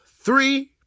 three